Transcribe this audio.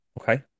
Okay